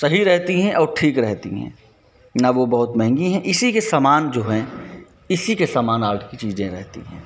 सही रहती हैं और ठीक रहती है न वो बहुत महंगी है इसी के समान जो हैं इसी के समान आर्ट की चीज़ें रहती हैं